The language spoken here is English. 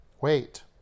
Wait